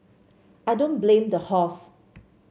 I don't blame the horse